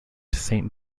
saint